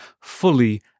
fully